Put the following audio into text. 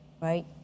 Right